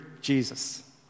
jesus